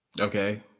Okay